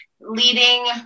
leading